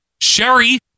Sherry